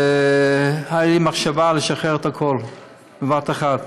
הייתה לי מחשבה לשחרר את הכול בבת אחת,